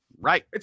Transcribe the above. Right